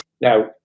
Now